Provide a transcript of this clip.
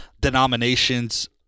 denominations